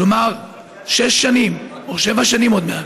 כלומר שש שנים או שבע שנים עוד מעט.